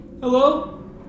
Hello